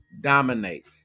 dominate